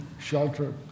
shelter